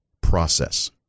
process